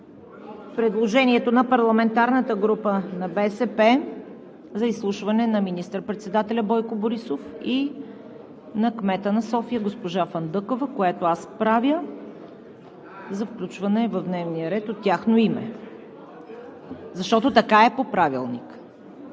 предложението на парламентарната група на БСП за изслушване на министър председателя Бойко Борисов и на кмета на София госпожа Фандъкова, което аз правя за включване в дневния ред от тяхно име, защото така е по Правилник.